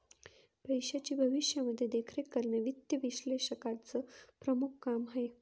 पैशाची भविष्यामध्ये देखरेख करणे वित्त विश्लेषकाचं प्रमुख काम आहे